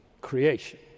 creation